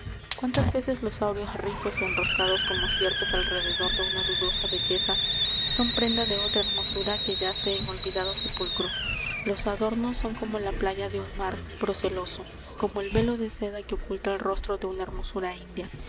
cuántas veces los áureos rizos enroscados como sierpes al rededor de una dudosa belleza son prenda de otra hermosura que yace en olvidado sepulcro los adornos son como la playa de un mar proceloso como el velo de seda que oculta el rostro de una hermosura india